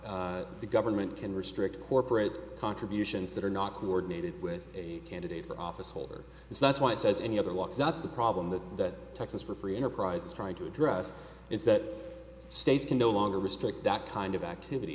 not the government can restrict corporate contributions that are not coordinated with a candidate for office holder is that's why it says any other walks out of the problem that that texas for free enterprise is trying to address is that states can no longer restrict that kind of activity